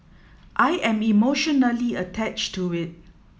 I am emotionally attached to it